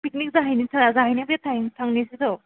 picnic जाहैनोसै जाहैनो थांनोसै थौ